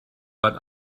but